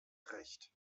recht